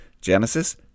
Genesis